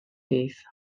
dydd